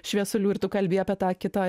šviesulių ir tu kalbi apie tą kitą